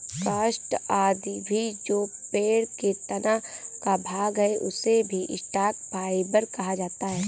काष्ठ आदि भी जो पेड़ के तना का भाग है, उसे भी स्टॉक फाइवर कहा जाता है